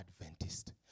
Adventist